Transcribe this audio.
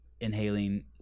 inhaling